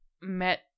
met